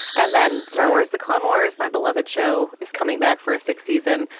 and then star wars, the clone wars, my beloved show is coming back for a sixth season.